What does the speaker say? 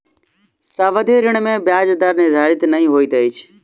सावधि ऋण में ब्याज दर निर्धारित नै होइत अछि